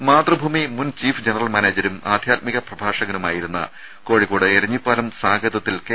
രുമ മാതൃഭൂമി മുൻ chief general മാനേജരും ആധ്യാത്മിക പ്രഭാഷകനുമായിരുന്ന കോഴിക്കോട് എരഞ്ഞിപ്പാലം സാകേതത്തിൽ കെ